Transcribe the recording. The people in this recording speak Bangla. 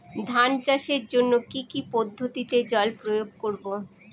ধান চাষের জন্যে কি কী পদ্ধতিতে জল প্রয়োগ করব?